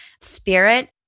spirit